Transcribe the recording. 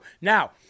Now